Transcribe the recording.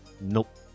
Nope